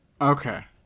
Okay